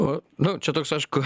o nu čia toks aišku